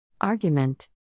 Argument